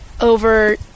over